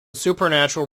supernatural